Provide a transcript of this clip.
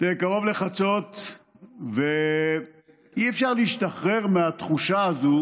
קרוב לחצות ואי-אפשר להשתחרר מהתחושה הזו